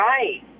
Right